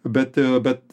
bet bet